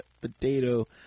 Potato